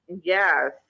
Yes